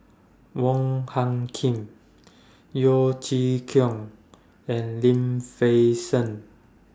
Wong Hung Khim Yeo Chee Kiong and Lim Fei Shen